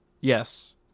yes